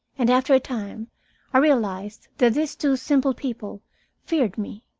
and after a time i realized that these two simple people feared me,